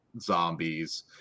zombies